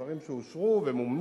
אלה דברים שאושרו ומומנו,